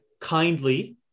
kindly